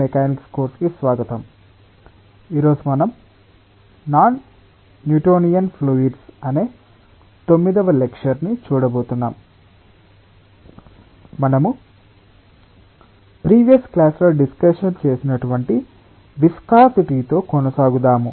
మనము previous class లో discussion చేసినటువంటి విస్కాసిటి తో కొనసాగుదాము